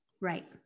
right